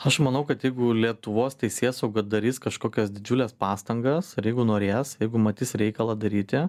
aš manau kad jeigu lietuvos teisėsauga darys kažkokias didžiules pastangas ir jeigu norės jeigu matys reikalą daryti